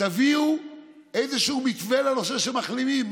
תביאו איזשהו מתווה לנושא של המחלימים,